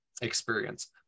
experience